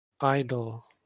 idle